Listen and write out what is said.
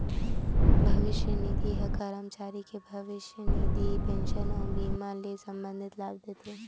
भविस्य निधि ह करमचारी के भविस्य निधि, पेंसन अउ बीमा ले संबंधित लाभ देथे